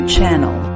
Channel